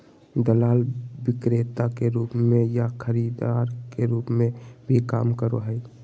दलाल विक्रेता के रूप में या खरीदार के रूप में भी काम करो हइ